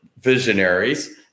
visionaries